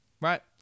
right